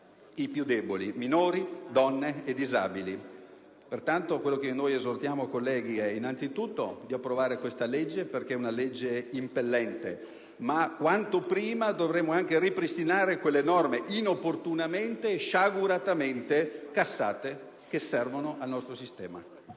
dei più deboli (minori, donne e disabili). Pertanto, noi esortiamo innanzitutto ad approvare questa legge perché è impellente, ma quanto prima dovremo anche ripristinare quelle norme inopportunamente e sciaguratamente cassate, che servono al nostro sistema.